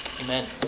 Amen